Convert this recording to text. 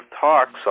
talks